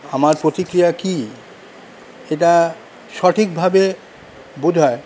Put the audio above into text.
আমার প্রতিক্রিয়া কী এটা সঠিকভাবে বোধহয়